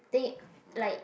deep like